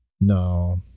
No